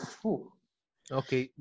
okay